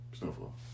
Snowfall